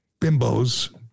bimbos